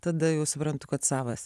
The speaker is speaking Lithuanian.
tada jau suprantu kad savas